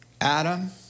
Adam